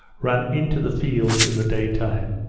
ran into the fields in the day-time.